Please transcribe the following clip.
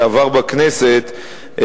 שעבר בכנסת,